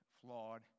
flawed